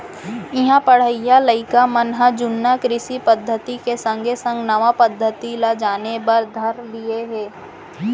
इहां पढ़इया लइका मन ह जुन्ना कृषि पद्धति के संगे संग नवा पद्धति ल जाने बर धर लिये हें